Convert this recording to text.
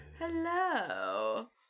Hello